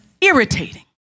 irritating